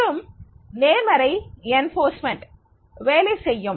மற்றும் நேர்மறை அமலாக்கம்வேலை செய்யும்